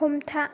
हमथा